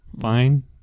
Fine